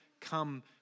come